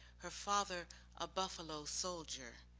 her father a buffalo soldier.